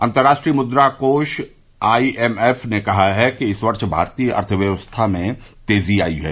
अंतर्राष्ट्रीय मुद्राकोष I M F ने कहा है कि इस वर्ष भारतीय अर्थव्यवस्था में तेजी आयेगी